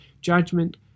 judgment